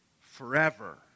forever